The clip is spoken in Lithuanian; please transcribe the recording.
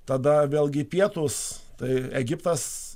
tada vėlgi pietūs tai egiptas